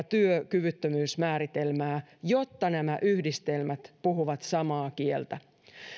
työkyvyttömyysmääritelmää jotta nämä yhdistelmät puhuvat samaa kieltä